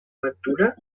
lectura